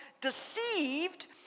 deceived